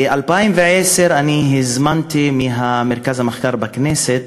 ב-2010 אני הזמנתי ממרכז המחקר בכנסת,